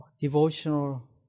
devotional